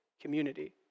community